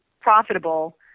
profitable